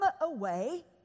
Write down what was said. away